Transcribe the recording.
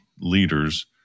leaders